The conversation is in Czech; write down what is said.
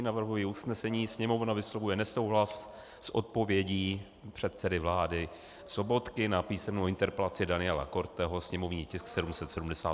Navrhuji usnesení: Sněmovna vyslovuje nesouhlas s odpovědí předsedy vlády Sobotky na písemnou interpelaci Daniela Korteho, sněmovní tisk 778.